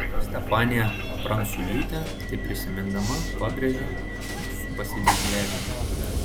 ir stefanija pranculytė tai prisimindama pabrėžia su pasididžiavimu